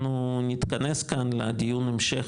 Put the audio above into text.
ואנחנו נתכנס כאן לדיון המשך,